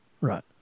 Right